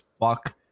fuck